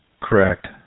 Correct